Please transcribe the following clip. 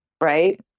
right